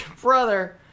brother